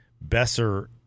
Besser